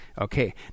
Okay